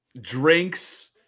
drinks